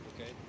okay